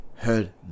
heard